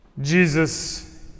Jesus